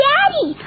Daddy